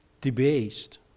debased